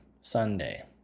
Sunday